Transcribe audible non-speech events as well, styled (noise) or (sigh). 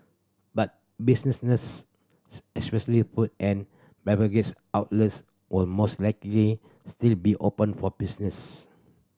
but businesses (unintelligible) especially food and beverage outlets would most likely still be open for business